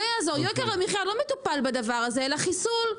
יוקר המחיה לא מטופל בדבר הזה אלא חיסול,